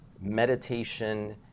meditation